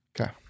Okay